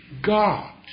God